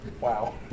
wow